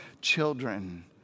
children